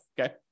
okay